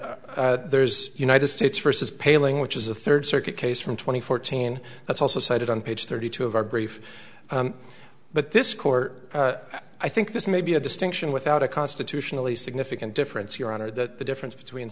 and there's united states versus paling which is a third circuit case from twenty fourteen that's also cited on page thirty two of our brief but this court i think this may be a distinction without a constitutionally significant difference your honor that the difference between